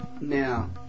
now